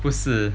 不是